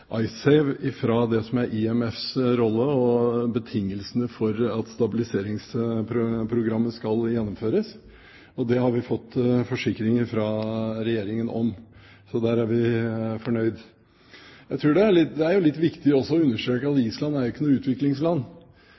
det som er IMFs rolle og betingelsene for at stabiliseringsprogrammet skal gjennomføres. Det har vi fått forsikringer fra Regjeringen om, så der er vi fornøyd. Jeg tror også det er litt viktig å understreke at Island ikke er noe utviklingsland.